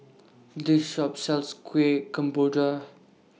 This Shop sells Kueh Kemboja